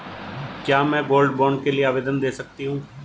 क्या मैं gold bond के लिए आवेदन दे सकती हूँ?